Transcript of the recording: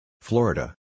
Florida